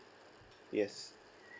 yes